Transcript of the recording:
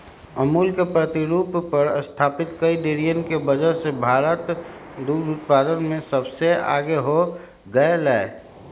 अमूल के प्रतिरूप पर स्तापित कई डेरियन के वजह से भारत दुग्ध उत्पादन में सबसे आगे हो गयलय